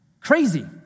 crazy